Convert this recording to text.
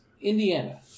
Indiana